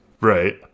right